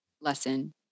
lesson